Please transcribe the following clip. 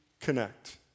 connect